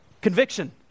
Conviction